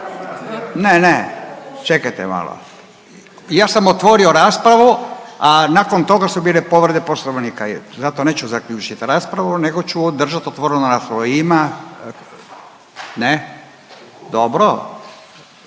Ne, ne čekajte malo, ja sam otvorio raspravu, a nakon toga su bile povrede Poslovnika zato neću zaključit raspravu nego ću držat otvorenu raspravu i ima, ne, dobro,